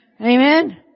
Amen